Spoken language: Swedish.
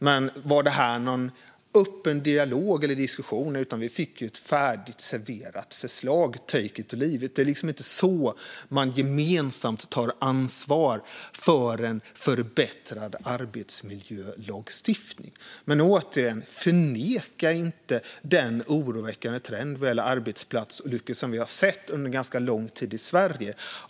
Men var det en öppen dialog eller diskussion? Vi fick ett färdigserverat förslag - take it or leave it. Det är inte så man gemensamt tar ansvar för en förbättrad arbetsmiljölagstiftning. Förneka inte den oroväckande trenden vad gäller arbetsplatsolyckor som har setts under lång tid i Sverige.